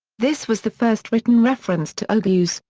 this was the first written reference to oghuz,